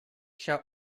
shall